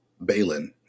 Balin